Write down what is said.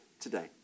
today